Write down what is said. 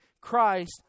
Christ